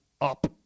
up